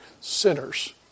sinners